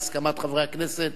בהסכמת חברי הכנסת,